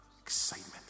excitement